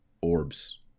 Orbs